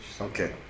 Okay